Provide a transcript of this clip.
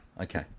Okay